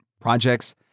projects